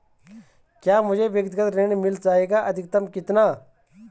क्या मुझे व्यक्तिगत ऋण मिल जायेगा अधिकतम कितना?